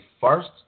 first